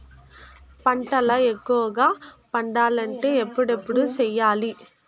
పంటల ఎక్కువగా పండాలంటే ఎప్పుడెప్పుడు సేయాలి?